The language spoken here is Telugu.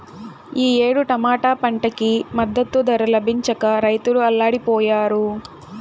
ఈ ఏడు టమాటా పంటకి మద్దతు ధర లభించక రైతులు అల్లాడిపొయ్యారు